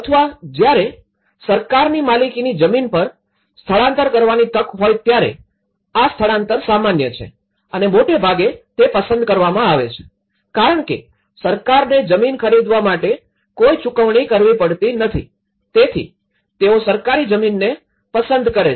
અથવા જ્યારે સરકારની માલિકીની જમીન પર સ્થળાંતર કરવાની તક હોય ત્યારે આ સ્થળાંતર સામાન્ય છે અને મોટે ભાગે તે પસંદ કરવામાં આવે છે કારણ કે સરકારને જમીન ખરીદવા માટે કોઈ ચૂકવણી કરવી પડતી નથી તેથી તેઓ સરકારી જમીનને પસંદ કેર છે